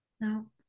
no